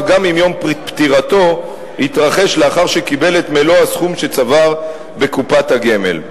גם אם יום פטירתו יתרחש לאחר שקיבל את מלוא הסכום שצבר בקופת הגמל.